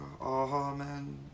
Amen